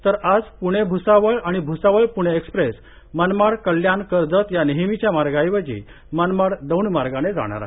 तर आज पृणे भुसावळ आणि भुसावळ पृणे एक्सप्रेस मनमाड कल्याण कर्जत या नेहमीच्या मार्गाएवजी मनमाड दौंड मार्गाने जाणार आहे